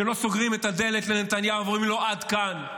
שלא סוגרים את הדלת לנתניהו ואומרים לו: עד כאן,